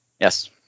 Yes